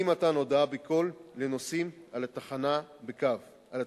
אי-מתן הודעה בקול לנוסעים על התחנות בקו.